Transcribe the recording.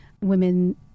women